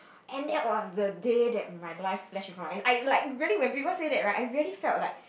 and that was the day that my life flashed before my eyes I like when people say that right I really felt like